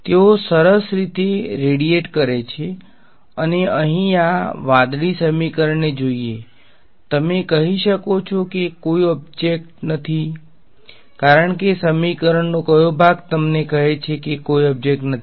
તેઓ સરસ રીતે રેડીયેટ કરે છે અને અહીં આ વાદળી સમીકરણને જોઈને તમે કહી શકો છો કે તમે કહી શકો છો કે કોઈ ઓબ્જેક્ટ નથી કારણ કે સમીકરણનો કયો ભાગ તમને કહે છે કે કોઈ ઓબ્જેક્ટ નથી